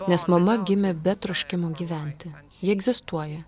nes mama gimė be troškimo gyventi ji egzistuoja